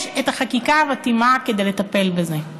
יש את החקיקה המתאימה לטפל בזה.